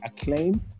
acclaim